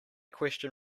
question